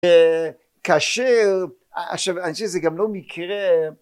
כאשר עכשיו אני חושב שזה גם לא מקרה